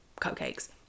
cupcakes